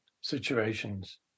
situations